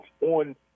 on